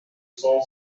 cent